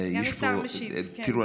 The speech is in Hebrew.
סגן השר משיב, כן.